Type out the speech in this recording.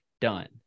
done